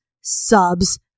subs